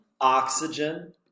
Oxygen